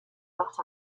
that